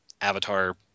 avatar